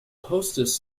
hostess